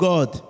God